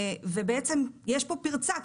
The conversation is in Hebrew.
ויש פה פרצה,